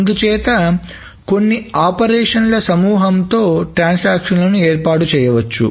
అందుచేత కొన్ని ఆపరేషన్ ల సమూహముతో ట్రాన్సాక్షన్లు ఏర్పాటు చేయవచ్చు